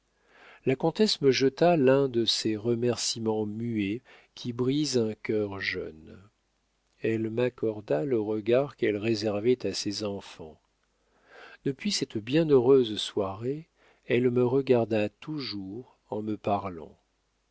la comtesse me jeta l'un de ces remercîments muets qui brisent un cœur jeune elle m'accorda le regard qu'elle réservait à ses enfants depuis cette bienheureuse soirée elle me regarda toujours en me parlant